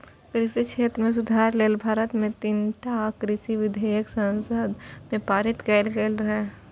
कृषि क्षेत्र मे सुधार लेल भारत मे तीनटा कृषि विधेयक संसद मे पारित कैल गेल रहै